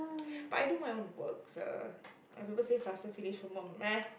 but I do my own work so my father say faster finish homework meh